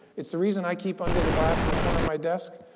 it's the reason i keep under the glass in the corner of my desk,